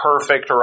perfect